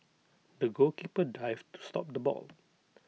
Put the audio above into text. the goalkeeper dived to stop the ball